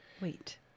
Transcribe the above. wait